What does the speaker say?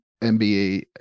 NBA